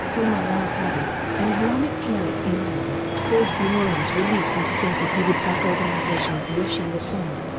umar al-qadri, an islamic cleric in ireland, called for noreen's release and stated he would back organisations wishing the same,